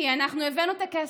כי אנחנו הבאנו את הכסף,